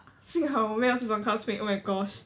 幸好我没有这种 classmate oh my gosh